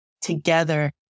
together